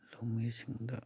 ꯂꯧꯃꯤꯁꯤꯡꯗ